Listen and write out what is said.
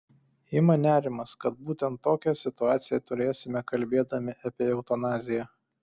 ima nerimas kad būtent tokią situaciją turėsime kalbėdami apie eutanaziją